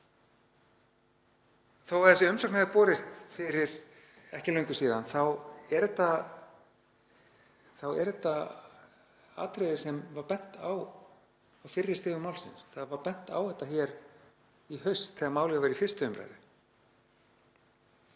Þó að þessi umsögn hafi borist fyrir ekki löngu síðan þá er þetta atriði sem var bent á á fyrri stigum málsins. Það var bent á þetta hér í haust þegar málið var í 1. umr.